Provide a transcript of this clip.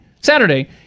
Saturday